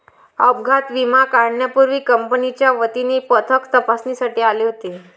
अपघात विमा काढण्यापूर्वी कंपनीच्या वतीने पथक तपासणीसाठी आले होते